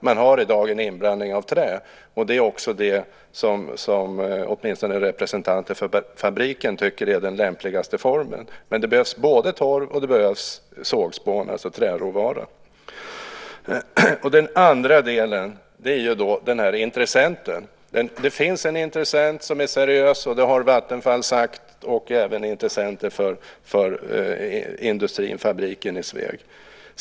Man har i dag en inblandning av trä, och det är också det som åtminstone representanter för fabriken tycker är den lämpligaste formen. Men det behövs både torv och sågspån, alltså träråvara. Den andra delen gäller intressenten. Det finns en intressent som är seriös - det har Vattenfall sagt - och även intressenter för fabriken i Sveg.